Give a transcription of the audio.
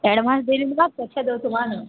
advance ଦେଇଦେବା ପଛେ ଦେଉଥିବା ନି